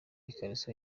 ikariso